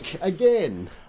again